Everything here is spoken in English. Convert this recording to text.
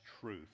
truth